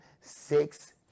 six